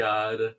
God